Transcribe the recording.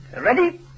Ready